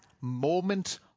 moment